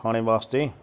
ਖਾਣੇ ਵਾਸਤੇ